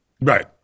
right